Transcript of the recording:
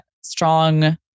strong